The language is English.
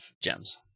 gems